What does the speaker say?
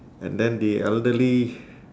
and then the elderly